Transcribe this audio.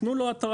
תנו לו התראה